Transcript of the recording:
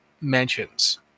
mentions